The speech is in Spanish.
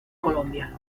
colombia